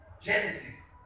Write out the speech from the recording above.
Genesis